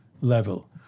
level